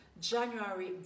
January